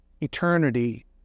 eternity